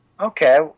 okay